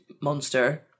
monster